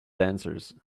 dancers